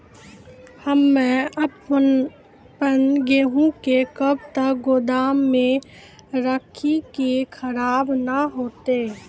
हम्मे आपन गेहूँ के कब तक गोदाम मे राखी कि खराब न हते?